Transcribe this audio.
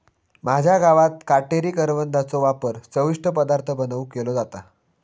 माझ्या गावात काटेरी करवंदाचो वापर चविष्ट पदार्थ बनवुक केलो जाता